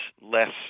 less